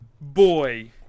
Boy